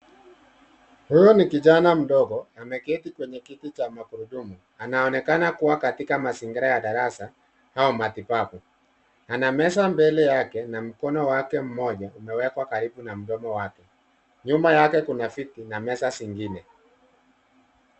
Huu ni kijana mdogo, ameketi kwenye kitu cha magurudumu .Anaonekana kuwa katika mazingira ya darasa au matibabu. Ana meza mbele yake na mkono wake mmoja umewekwa karibu na mdomo wake. Nyuma yake kuna viti na meza zingine.